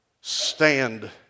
stand